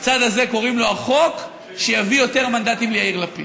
בצד הזה קוראים לו: החוק שיביא יותר מנדטים ליאיר לפיד.